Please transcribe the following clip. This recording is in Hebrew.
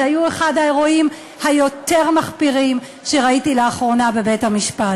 זה היה אחד האירועים היותר-מחפירים שראיתי לאחרונה בבית-המשפט.